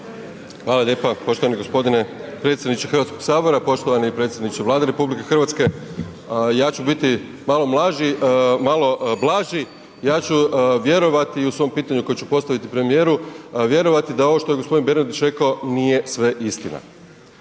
Hvala lijepa poštovani gospodine predsjedniče Hrvatskoga sabora, poštovani predsjedniče Vlade RH. Ja ću biti malo blaži, ja ću vjerovati, u svom pitanju koje ću postaviti premijeru, vjerovati da ovo što je gospodin Bernardić rekao nije sve istina.